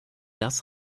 das